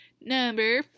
Number